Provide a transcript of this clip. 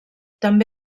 també